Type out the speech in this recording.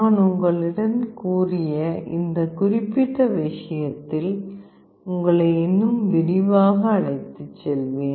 நான் உங்களிடம் கூறிய இந்த குறிப்பிட்ட விஷயத்தில் உங்களை இன்னும் விரிவாக அழைத்துச் செல்வேன்